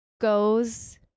goes